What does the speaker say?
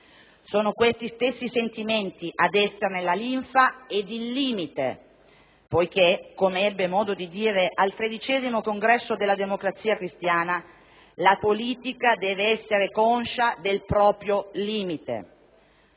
Sono questi stessi sentimenti ad esserne la linfa ed il limite, poiché, come ebbe modo di dire al XIII congresso della Democrazia cristiana, «la politica deve essere conscia del proprio limite».